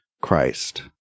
Christ